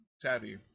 tabby